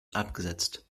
abgesetzt